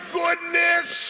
goodness